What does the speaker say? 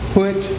put